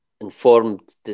informed